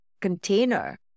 container